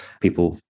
people